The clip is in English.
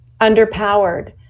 underpowered